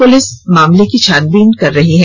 police मामले की छानबीन कर रही है